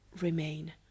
Remain